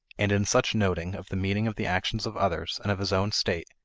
and in such noting of the meaning of the actions of others and of his own state,